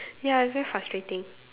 ya it's very frustrating